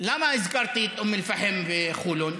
למה הזכרתי את אום אל-פחם וחולון?